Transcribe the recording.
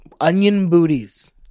Onionbooties